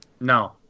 No